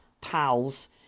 pals